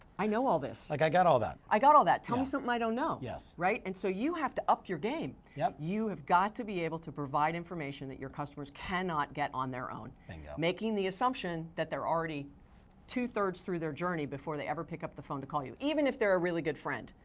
i know all of this. like i got all of that. i got all of that. tell me something i don't know. yes. right? and so you have to up your game. yep. you have got to be able to provide information that your customers cannot get on their own. bingo. making the assumption that they're already two-thirds through their journey before they ever pick up the phone to call you. even if they're a really good friend,